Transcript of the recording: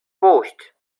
puść